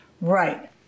Right